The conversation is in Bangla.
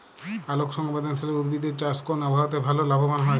আলোক সংবেদশীল উদ্ভিদ এর চাষ কোন আবহাওয়াতে ভাল লাভবান হয়?